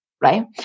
right